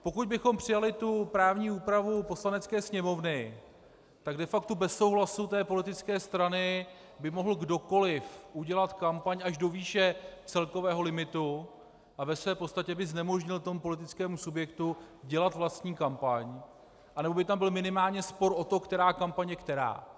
Pokud bychom přijali právní úpravu Poslanecké sněmovny, tak de facto bez souhlasu té politické strany by mohl kdokoliv udělat kampaň až do výše celkového limitu a v podstatě by znemožnil tomu politickému subjektu dělat vlastní kampaň, anebo by tam byl minimálně spor o to, která kampaň je která.